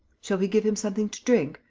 shall we give him something to drink?